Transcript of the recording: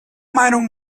meinung